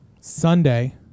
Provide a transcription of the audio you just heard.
Sunday